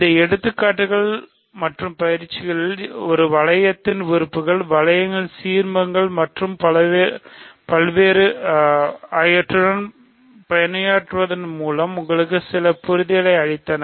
இந்த எடுத்துக்காட்டுகள் மற்றும் பயிற்சிகள் a வளையத்தின் உறுப்புகள் வளையங்களின் சீர்மங்கள் மற்றும் பலவற்றோடு பணியாற்றுவதன் மூலம் உங்களுக்கு சில புரிதலை அளித்தன